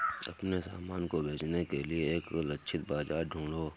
अपने सामान को बेचने के लिए एक लक्षित बाजार ढूंढो